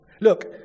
Look